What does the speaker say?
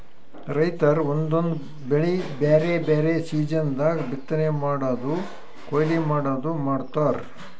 ರೈತರ್ ಒಂದೊಂದ್ ಬೆಳಿ ಬ್ಯಾರೆ ಬ್ಯಾರೆ ಸೀಸನ್ ದಾಗ್ ಬಿತ್ತನೆ ಮಾಡದು ಕೊಯ್ಲಿ ಮಾಡದು ಮಾಡ್ತಾರ್